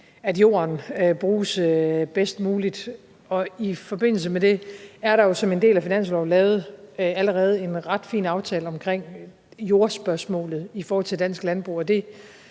at jorden bruges bedst muligt. Og i forbindelse med det er der jo som en del af finansloven allerede lavet en ret fin aftale om jordspørgsmålet i forhold til dansk landbrug,